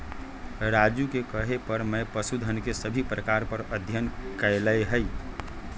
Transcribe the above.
राजू के कहे पर मैं पशुधन के सभी प्रकार पर अध्ययन कैलय हई